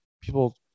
People